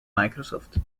microsoft